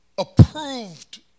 Approved